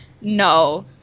no